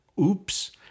Oops